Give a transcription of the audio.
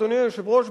אדוני היושב-ראש,